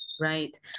right